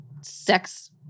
sex